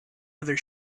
other